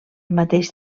mateix